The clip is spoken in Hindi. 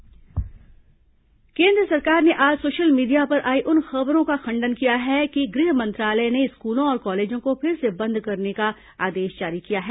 केन्द्र खण्डन केंद्र सरकार ने आज सोशल मीडिया पर आई उन खबरों का खण्डन किया है कि गृह मंत्रालय ने स्कूलों और कॉलेजों को फिर से बंद करने का आदेश जारी किया है